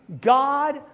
God